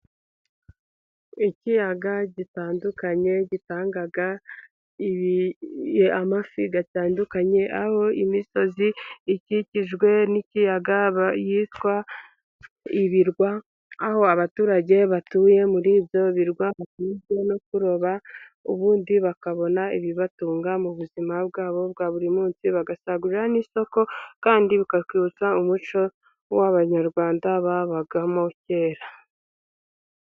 Ikiyaga gitandukanye gitanga amafi atandukanye, aho imisozi ikikijwe n'ikiyaga yitwa ibirwa; aho abaturage batuye muri ibyo birwa, batunzwe no kuroba. Ubundi bakabona ibibatunga mu buzima bwabo bwa buri munsi, bagasagurira n'isoko kandi bikatwibutsa umuco w'Abanyarwanda babagamo kera.